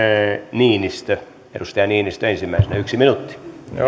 edustaja niinistö ensimmäisenä yksi minuutti